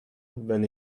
when